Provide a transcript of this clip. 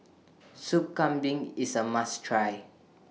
Sup Kambing IS A must Try